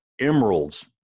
emeralds